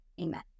amen